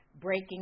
breaking